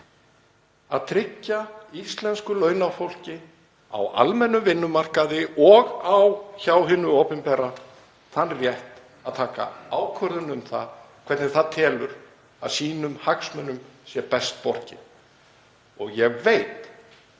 að tryggja íslensku launafólki á almennum vinnumarkaði og hjá hinu opinbera þann rétt að taka ákvörðun um hvernig það telur sínum hagsmunum best borgið. Ég veit